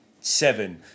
seven